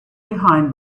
behind